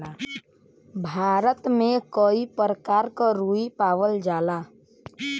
भारत में कई परकार क रुई पावल जाला